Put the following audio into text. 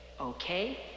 Okay